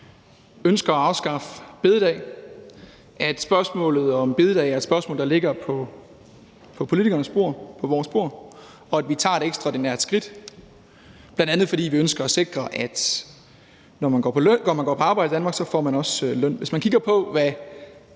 ønsker at afskaffe store bededag, og at spørgsmålet om store bededag er et spørgsmål, der ligger på politikernes bord, på vores bord, og at vi tager et ekstraordinært skridt, bl.a. fordi vi ønsker at sikre, at når man går på arbejde i Danmark, får man også løn. Hvis man kigger på, hvad